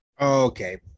okay